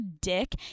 dick